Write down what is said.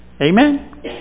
Amen